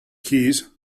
keys